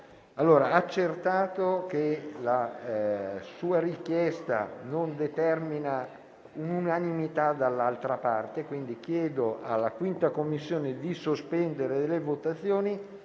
Ciriani, accertato che la sua richiesta non determina unanimità dall'altra parte, la Presidenza chiede alla 5a Commissione di sospendere le votazioni.